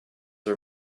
are